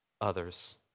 others